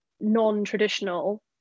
non-traditional